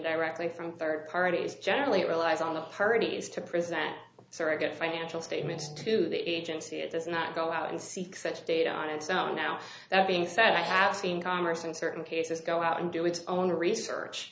directly from third parties generally it relies on the parties to present surrogate financial statements to the agency it does not go out and seek such data and sound now that being said i have seen congress in certain cases go out and do its own research